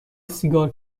سیگار